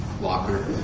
locker